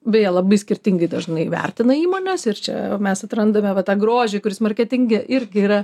beje labai skirtingai dažnai vertina įmonės ir čia mes atrandame tą grožį kuris marketinge irgi yra